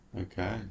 Okay